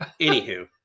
Anywho